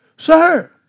Sir